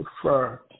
prefer